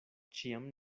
ĉiam